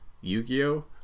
Yu-Gi-Oh